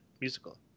musical